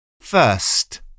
First